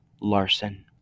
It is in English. Larson